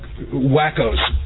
wackos